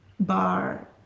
bar